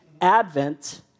Advent